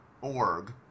org